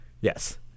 Yes